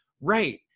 right